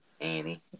Annie